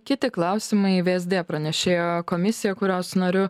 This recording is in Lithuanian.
kiti klausimai vsd pranešėjo komisija kurios nariu